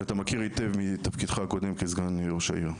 שאתה מכיר היטב מתפקידך הקודם כסגן ראש העיר.